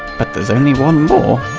but there's only one more.